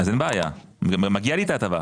אז אין בעיה, מגיע לי את ההטבה.